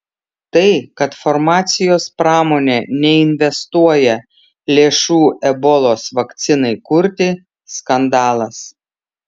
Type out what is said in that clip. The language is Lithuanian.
tai kad farmacijos pramonė neinvestuoja lėšų ebolos vakcinai kurti skandalas